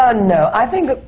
ah no. i think,